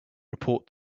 report